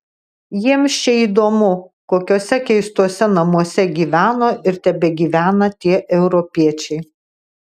jiems čia įdomu kokiuose keistuose namuose gyveno ir tebegyvena tie europiečiai